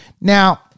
now